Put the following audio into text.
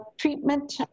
treatment